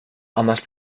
annars